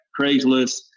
Craigslist